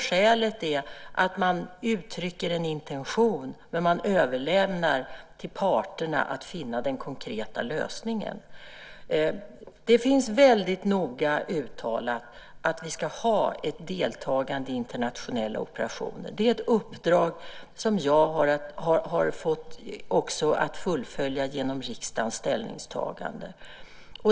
Skälet är att man uttrycker en intention men överlämnar till parterna att finna den konkreta lösningen. Det är väldigt noga uttalat att vi ska ha ett deltagande i internationella operationer. Det är ett uppdrag som jag har fått att fullfölja genom riksdagens ställningstagande.